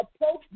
approach